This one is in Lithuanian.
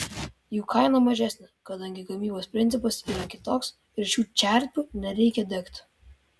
jų kaina mažesnė kadangi gamybos principas yra kitoks ir šių čerpių nereikia degti